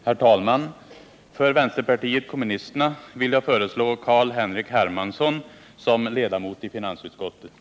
Herr ålderspresident! Jag föreslår att Karl Erik Eriksson utses till tredje vice talman.